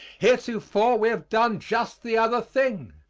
heretofore, we have done just the other thing.